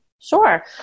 Sure